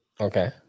Okay